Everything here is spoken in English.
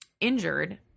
injured